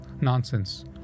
nonsense